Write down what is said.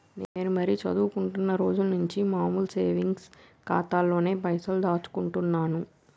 నేను మరీ చదువుకుంటున్నా రోజుల నుంచి మామూలు సేవింగ్స్ ఖాతాలోనే పైసలు దాచుకుంటున్నాను